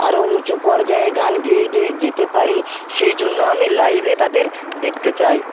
আরও উঁচু পর্যায়ে গান গেয়ে গেয়ে যেতে পারি সেই জন্য আমি লাইভে তাদের দেখতে চাই